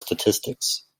statistics